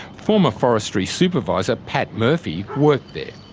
former forestry supervisor pat murphy worked there.